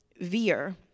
veer